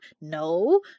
No